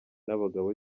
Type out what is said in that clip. abagabo